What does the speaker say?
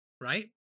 right